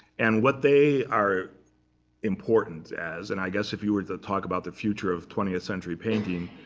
and what they are important as and i guess if you were to talk about the future of twentieth century painting,